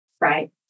Right